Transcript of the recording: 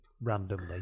randomly